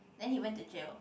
then he went to jail